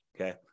Okay